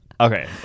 Okay